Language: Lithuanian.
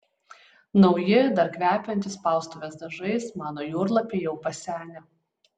nauji dar kvepiantys spaustuvės dažais mano jūrlapiai jau pasenę